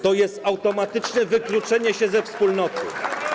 To jest automatyczne wykluczenie się ze wspólnoty.